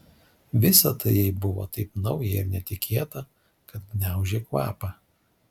visa tai jai buvo taip nauja ir netikėta kad gniaužė kvapą